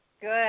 Good